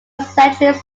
centuries